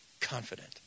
Confident